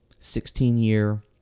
16-year